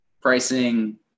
pricing